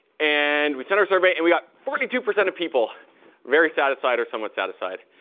and we sent our survey, and we got forty two percent of people very satisfied or somewhat satisfied.